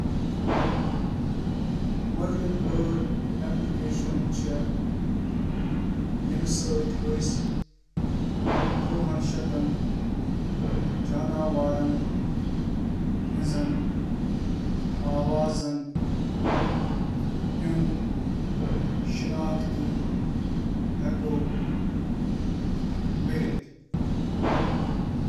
Passeriformes منٛز چِھ پورٕ دنیاہس منٛز لبنہٕ ینہٕ وٲ. پانژھ ساس یا امہٕ کھوتہٕ زیادٕ انواع آسان، یتھ منٛز آوازٕ ہنٛد اعضاء چُھ عام طور پٲنٹھ یتھ پٲنٹھ تیار کرنہٕ یوان زِ اکھ متنوع تہٕ وسیع پرندٕ گیون چُھ تیار کران۔